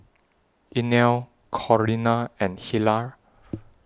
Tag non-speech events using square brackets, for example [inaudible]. Inell Corrina and Hilah [noise]